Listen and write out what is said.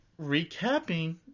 recapping